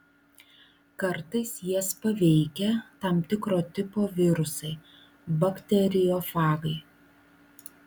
kartais jas paveikia tam tikro tipo virusai bakteriofagai